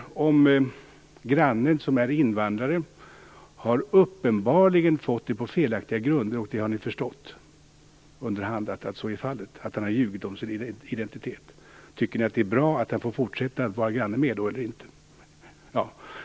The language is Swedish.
Eller låt oss säga att grannen som är invandrare uppenbarligen har fått uppehållstillstånd på felaktiga grunder och ni har förstått att så är fallet och att han har ljugit om sin identitet. Tycker ni att det är bra att han får fortsätta att vara granne med er då eller inte?